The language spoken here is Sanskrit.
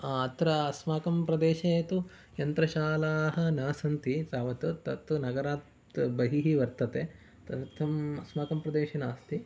अत्र अस्माकं प्रदेशे तु यन्त्रशालाः न सन्ति तावत् तत् तु नगरात् बहिः वर्तते तदर्थम् अस्माकं प्रदेशे नास्ति